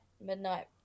midnight